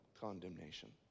condemnation